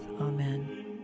Amen